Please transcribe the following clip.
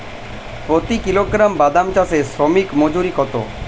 প্রতি কিলোগ্রাম বাদাম চাষে শ্রমিক মজুরি কত?